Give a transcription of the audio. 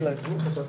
אני אעשה